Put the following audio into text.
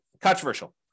controversial